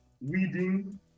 weeding